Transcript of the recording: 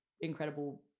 incredible